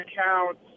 accounts